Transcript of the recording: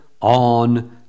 on